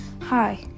Hi